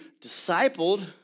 discipled